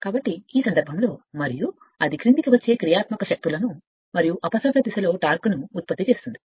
కాబట్టి ఈ సందర్భంలో మరియు అది క్రిందికి వచ్చే క్రియాత్మక శక్తులను మరియు అపసవ్య దిశలో చుక్కలను ఉత్పత్తి చేస్తుంది